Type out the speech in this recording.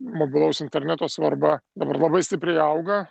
mobilaus interneto svarba dabar labai stipriai auga